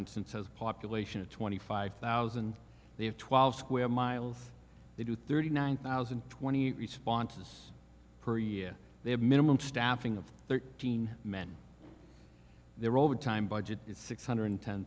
instance has population of twenty five thousand they have twelve square miles they do thirty nine thousand twenty responses per year they have minimum staffing of thirteen men their overtime budget is six hundred